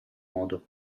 modo